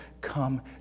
come